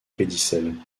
pédicelle